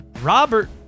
Robert